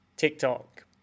tiktok